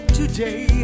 today